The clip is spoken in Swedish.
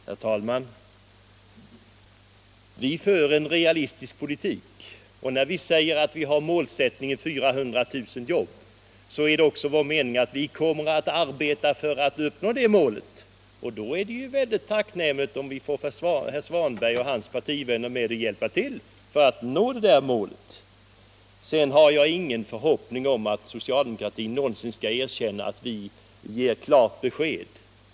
Herr talman! Centern för en realistisk politik, och när vi säger att vi har målsättningen 400 000 nya jobb är det vår mening att arbeta för att uppnå det målet. Då är det tacknämligt om herr Svanberg och hans partivänner hjälper till. Jag har ingen förhoppning om att socialdemokraterna någonsin skall erkänna att vi ger klara besked.